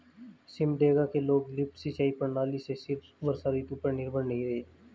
सिमडेगा के लोग लिफ्ट सिंचाई प्रणाली से सिर्फ वर्षा ऋतु पर निर्भर नहीं रहे